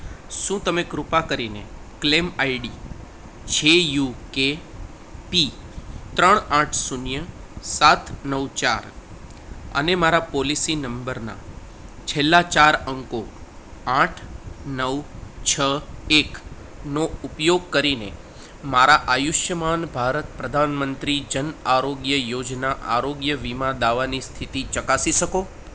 શું તમે કૃપા કરીને ક્લેમ આઈડી છે યુ કે પી ત્રણ આઠ શૂન્ય સાત નવ ચાર અને મારા પોલિસી નંબરના છેલ્લા ચાર અંકો આઠ નવ છ એકનો ઉપયોગ કરીને મારા આયુષ્યમાન ભારત પ્રધાનમંત્રી જન આરોગ્ય યોજના આરોગ્ય વીમા દાવાની સ્થિતિ ચકાસી શકો